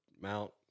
mount